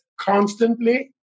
constantly